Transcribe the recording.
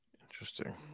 Interesting